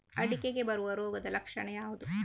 ಅಡಿಕೆಗೆ ಬರುವ ರೋಗದ ಲಕ್ಷಣ ಯಾವುದು?